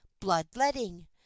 blood-letting